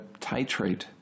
titrate